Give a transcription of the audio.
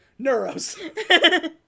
Neuros